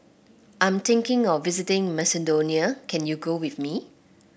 I'm thinking of visiting Macedonia can you go with me